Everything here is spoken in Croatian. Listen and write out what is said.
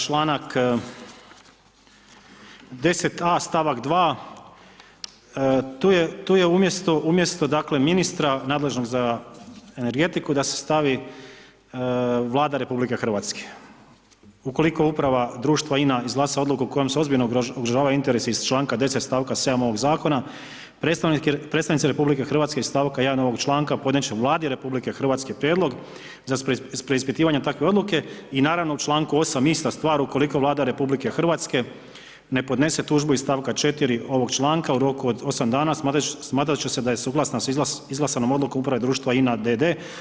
Čl. 10a. st. 2., tu je umjesto, umjesto, dakle, ministra nadležnog za energetiku, da se stavi Vlada RH, ukoliko uprava društva INA izglasa odluku kojom se ozbiljno ugrožavaju interesi iz čl. 10. st. 7. ovog zakona, predstavnici RH iz st. 1. ovog članka podnijet će Vladi RH prijedlog za preispitivanje takve odluke i naravno, u čl. 8. ista stvar, ukoliko Vlada RH ne podnese tužbu iz st. 4. ovog članka u roku od 8 dana, smatrat će se da je suglasna s izglasanom odlukom uprave društva INA d.d.